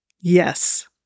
Yes